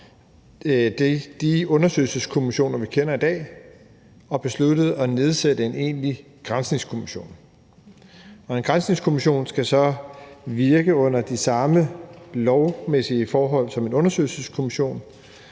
udviklet de undersøgelseskommissioner, vi kender i dag, og besluttet at nedsætte en egentlig granskningskommission. En granskningskommission skal så virke under de samme lovmæssige forhold som en undersøgelseskommission,